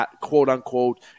quote-unquote